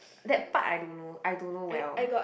that part I don't know I don't know well